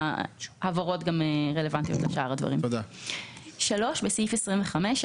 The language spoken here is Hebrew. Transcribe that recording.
(3)בסעיף 25,